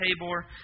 Tabor